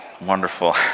wonderful